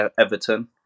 Everton